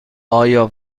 آیا